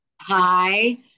Hi